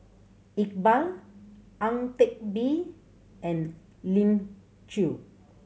Iqbal Ang Teck Bee and Elim Chew